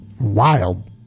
wild